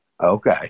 Okay